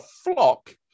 flock